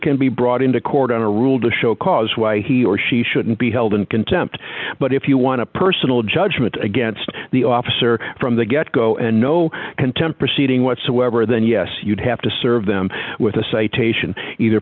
can be brought into court on a rule to show cause why he or she shouldn't be held in contempt but if you want a personal judgment against the officer from the get go and no contempt proceeding whatsoever then yes you'd have to serve them with a citation either